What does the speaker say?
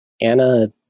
Anna